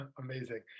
amazing